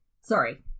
Sorry